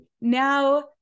now